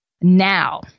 now